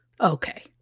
Okay